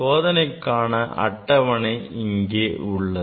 சோதனைக்கான அட்டவணை இங்கே உள்ளது